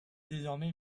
désormais